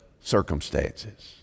circumstances